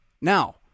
Now